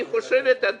אני חושבת שמה